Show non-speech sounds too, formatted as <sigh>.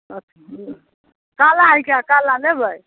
<unintelligible> काला हय काला लेबै